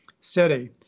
city